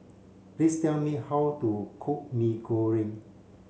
please tell me how to cook Mee Goreng